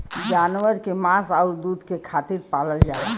जानवर के मांस आउर दूध के खातिर पालल जाला